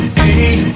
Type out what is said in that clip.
hey